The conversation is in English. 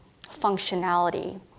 functionality